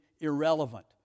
irrelevant